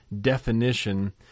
definition